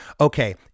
okay